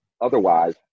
Otherwise